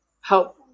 help